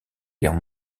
guerre